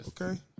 Okay